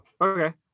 okay